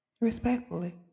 respectfully